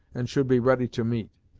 and should be ready to meet.